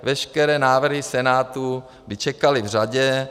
Veškeré návrhy Senátu by čekaly v řadě.